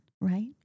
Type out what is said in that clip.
right